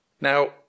Now